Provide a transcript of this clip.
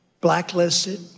blacklisted